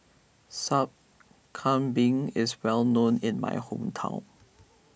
Sup Kambing is well known in my hometown